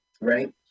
right